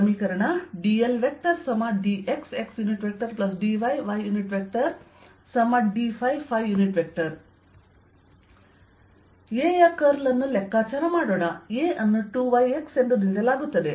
dldxxdyydϕ ಆದ್ದರಿಂದ A ಯ curl ಅನ್ನು ಲೆಕ್ಕಾಚಾರ ಮಾಡೋಣ A ಅನ್ನು 2yx ಎಂದು ನೀಡಲಾಗುತ್ತದೆ